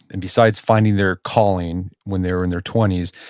and besides finding their calling when they were in their twenty s.